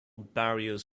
barriers